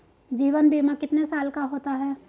जीवन बीमा कितने साल का होता है?